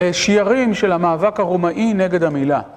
שארים של המאבק הרומאי נגד המילה.